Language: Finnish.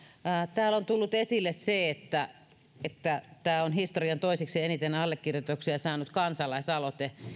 täällä on tullut esille se että että tämä on historian toiseksi eniten allekirjoituksia saanut kansalaisaloite